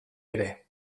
ere